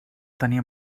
tenir